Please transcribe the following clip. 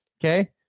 Okay